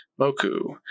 Moku